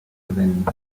gewinnen